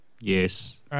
yes